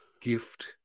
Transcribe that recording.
gift